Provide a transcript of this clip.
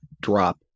drop